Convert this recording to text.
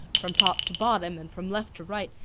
from top to bottom and from left to right,